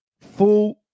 full